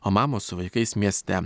o mamos su vaikais mieste